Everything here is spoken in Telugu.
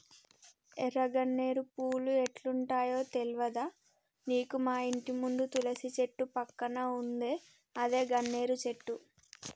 ఎర్ర గన్నేరు పూలు ఎట్లుంటయో తెల్వదా నీకు మాఇంటి ముందు తులసి చెట్టు పక్కన ఉందే అదే గన్నేరు చెట్టు